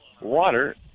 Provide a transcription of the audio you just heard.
water